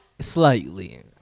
Slightly